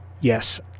yes